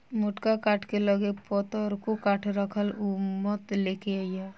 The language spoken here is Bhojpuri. मोटका काठ के लगे पतरको काठ राखल उ मत लेके अइहे